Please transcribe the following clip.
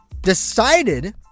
decided